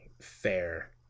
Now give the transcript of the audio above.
fair